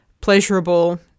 pleasurable